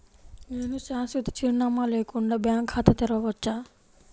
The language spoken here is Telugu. నేను శాశ్వత చిరునామా లేకుండా బ్యాంక్ ఖాతా తెరవచ్చా?